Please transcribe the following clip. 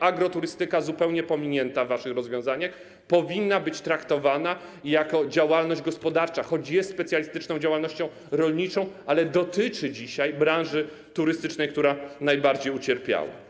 Agroturystyka, zupełnie pominięta w waszych rozwiązaniach, powinna być traktowana jako działalność gospodarcza - choć jest specjalistyczną działalnością rolniczą, ale dotyczy dzisiaj branży turystycznej, która najbardziej ucierpiała.